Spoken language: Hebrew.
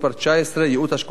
19) (ייעוץ השקעות כללי),